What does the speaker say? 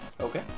Okay